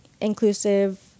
inclusive